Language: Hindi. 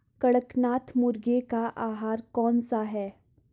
कड़कनाथ मुर्गे का आहार कौन सा है?